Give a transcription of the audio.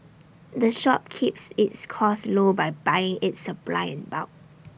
the shop keeps its costs low by buying its supplies in bulk